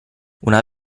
una